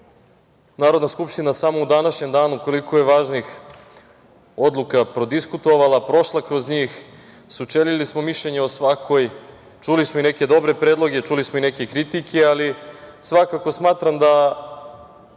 Narodna skupština samo u današnjem dana važnih odluka prodiskutovala, prošla kroz njih, sučelili smo mišljenja o svakoj, čuli smo i neke dobre predloge, čuli smo i neke kritike, ali svakako smatram da